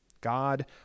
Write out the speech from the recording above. God